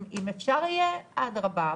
אם אפשר יהיה אדרבא,